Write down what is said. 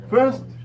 First